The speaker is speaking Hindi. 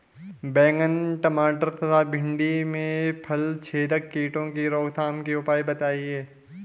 बैंगन टमाटर तथा भिन्डी में फलछेदक कीटों की रोकथाम के उपाय बताइए?